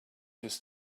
his